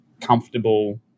comfortable